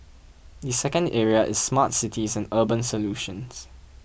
the second area is smart cities and urban solutions